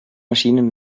maschinen